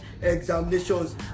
examinations